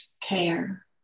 care